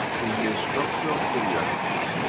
in the structure of the reactors,